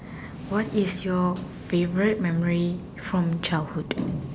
what is your favourite memory from childhood